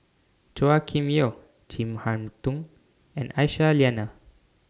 Chua Kim Yeow Chin Harn Tong and Aisyah Lyana